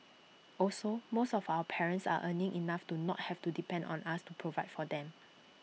also most of our parents are earning enough to not have to depend on us to provide for them